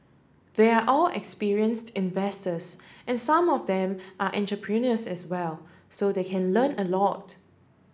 they are all experienced investors and some of them are entrepreneurs as well so they can learn a lot